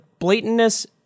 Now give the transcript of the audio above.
blatantness